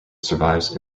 survives